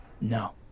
No